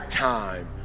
time